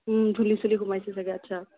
ধূলি চুলি সোমাইছে চাগে আচ্ছা